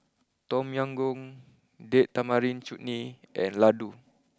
Tom Yam Goong date Tamarind Chutney and Ladoo